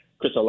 Chris